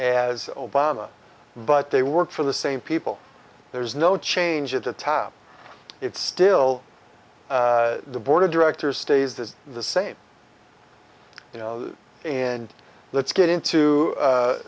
as obama but they work for the same people there's no change at the top it's still the board of directors stays the the same you know and let's get into